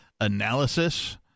analysis